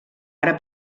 ara